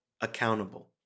accountable